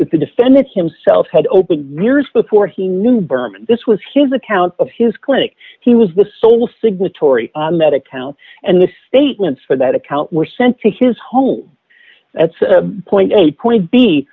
the defendant himself had opened years before he knew berman this was his account of his clinic he was the sole signatory on that account and the statements for that account were sent to his home that's a point a point b